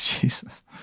Jesus